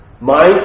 mind